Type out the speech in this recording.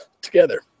together